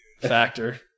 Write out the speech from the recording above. Factor